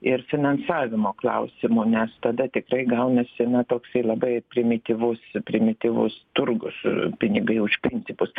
ir finansavimo klausimo nes tada tikrai gaunasi na toksai labai primityvus primityvus turgus pinigai už principus